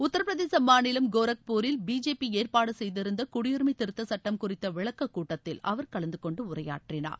உத்திரப்பிரதேச மாநிலம் கோரக்பூரில் பிஜேபி ஏற்பாடு செய்திருந்த குடியுரிமை திருத்தச் சுட்டம் குறித்த விளக்கக் கூட்டத்தில் அவர் கலந்து கொண்டு உரையாற்றினார்